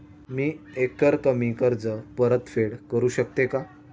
मी एकरकमी कर्ज परतफेड करू शकते का?